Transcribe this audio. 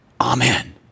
Amen